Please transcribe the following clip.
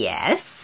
Yes